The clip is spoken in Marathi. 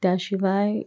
त्या शिवाय